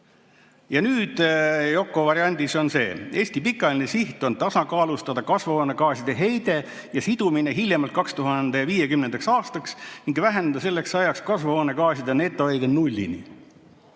siht". Yoko variandis on sedasi: "Eesti pikaajaline siht on tasakaalustada kasvuhoonegaaside heide ja sidumine hiljemalt 2050. aastaks ning vähendada selleks ajaks kasvuhoonegaaside netoheide nullini."